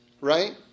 Right